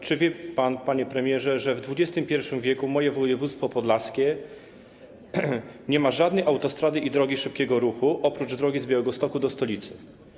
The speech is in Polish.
Czy wie pan, panie premierze, że w XXI w. moje województwo podlaskie nie ma żadnej autostrady ani drogi szybkiego ruchu oprócz drogi z Białegostoku do stolicy?